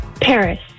Paris